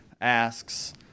asks